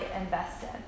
invested